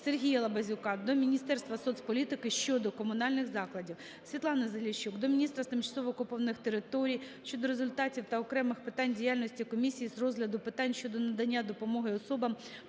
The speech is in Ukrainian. Сергія Лабазюка до Міністерства соцполітики щодо комунальних закладів. Світлани Заліщук до міністра з тимчасово окупованих територій щодо результатів та окремих питань діяльності комісії з розгляду питань щодо надання допомоги особам,